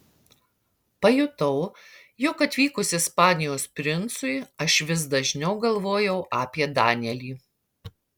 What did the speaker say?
pajutau jog atvykus ispanijos princui aš vis dažniau galvoju apie danielį